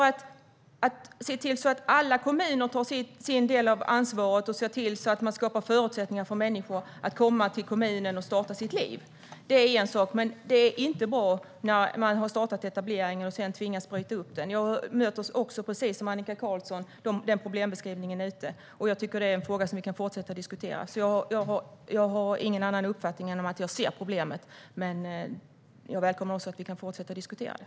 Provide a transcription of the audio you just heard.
Att man ser till att alla kommuner tar sin del av ansvaret och att man ser till att skapa förutsättningar för människor att komma till en kommun och starta sitt liv är en sak. Men det är inte bra när man har startat en etablering och sedan tvingas bryta upp den. Precis som Annika Qarlsson möter jag denna problembeskrivning när jag är ute i olika kommuner. Det är en fråga som vi kan fortsätta diskutera. Jag har ingen annan uppfattning än att jag ser problemet. Men jag välkomnar också att vi kan fortsätta att diskutera det.